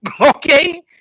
Okay